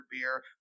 beer